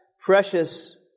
precious